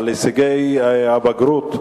על הישגי הבגרות.